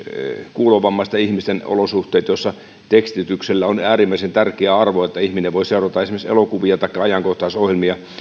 kuulovammaisten ihmisten olosuhteet joissa tekstityksellä on äärimmäisen tärkeä arvo että ihminen voi seurata esimerkiksi elokuvia taikka ajankohtaisohjelmia